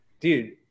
Dude